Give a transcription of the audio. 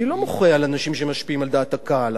אני לא מוחה על אנשים שמשפיעים על דעת הקהל,